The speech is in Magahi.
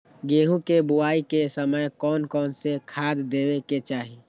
गेंहू के बोआई के समय कौन कौन से खाद देवे के चाही?